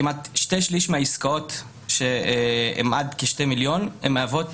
כמעט שני שליש מהעסקאות שהם עד כשני מיליון, מהוות